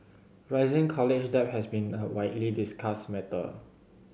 rising college debt has been a widely discussed matter